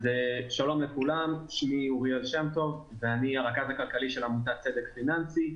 שלום לכולם, אני הרכז הכלכלי של עמותת צדק פיננסי.